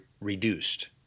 reduced